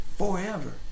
forever